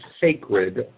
sacred